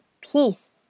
peace